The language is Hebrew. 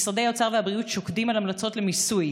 משרדי האוצר והבריאות שוקדים על המלצות למיסוי